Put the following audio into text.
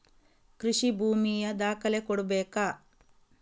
ಕೃಷಿ ಭೂಮಿಯ ದಾಖಲೆ ಕೊಡ್ಬೇಕಾ?